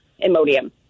Imodium